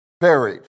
buried